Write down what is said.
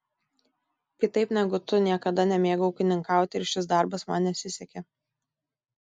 kitaip negu tu niekada nemėgau ūkininkauti ir šis darbas man nesisekė